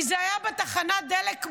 כי זה היה בתחנת דלק בערד.